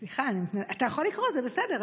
סליחה, אתה יכול לקרוא, זה בסדר.